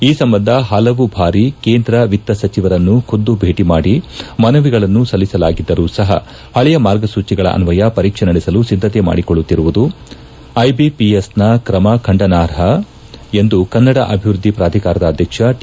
ಈ ಸಂಬಂಧ ಹಲವು ಭಾರಿ ಕೇಂದ್ರ ವಿತ್ತ ಸಚಿವರನ್ನು ಖುದ್ದು ಭೇಟ ನೀಡಿ ಮನವಿಗಳನ್ನು ಸಲ್ಲಿಸಲಾಗಿದ್ದರೂ ಸಹ ಪಳೆಯ ಮಾರ್ಗಸೂಚಿಗಳನ್ವಯ ಪರೀಕ್ಷೆ ನಡೆಸಲು ಸಿದ್ದತೆ ಮಾಡಿಕೊಳ್ಳುತ್ತಿರುವ ಐಬಿಪಿಎಸ್ನ ಕ್ರಮ ಖಂಡನಾರ್ಹ ಎಂದು ಕನ್ನಡ ಅಭಿವೃದ್ದಿ ಪ್ರಾಧಿಕಾರದ ಅಧ್ಯಕ್ಷ ಟಿ